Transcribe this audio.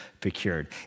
procured